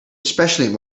especially